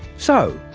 so,